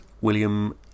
William